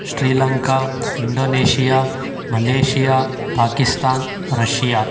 Asia Malaysia Pakistan Russia